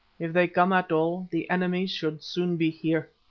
if they come at all, the enemy should soon be here.